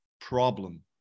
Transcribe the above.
problem